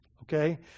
okay